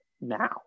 now